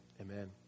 amen